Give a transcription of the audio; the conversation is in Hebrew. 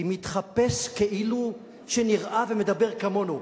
מתחפש כאילו שנראה ומדבר כמונו,